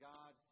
God